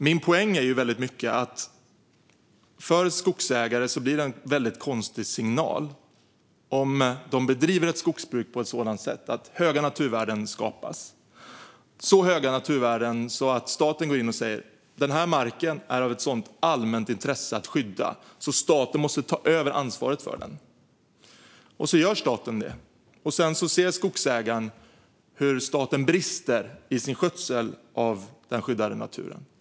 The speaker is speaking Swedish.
Min poäng är att det blir en väldigt konstig signal till skogsägare om de bedriver skogsbruk på ett sådant sätt att höga naturvärden skapas, så höga att staten går in och säger att skyddet av marken är av ett sådant allmänt intresse att staten måste ta över ansvaret, men staten sedan brister i sin skötsel av den skyddade naturen när de väl tagit över ansvaret.